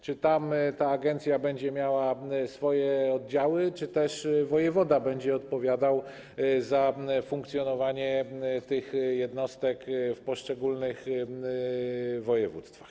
Czy ta agencja będzie miała swoje działy, czy też wojewoda będzie odpowiadał za funkcjonowanie tych jednostek w poszczególnych województwach?